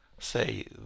say